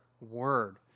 word